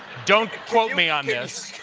don't quote me on this.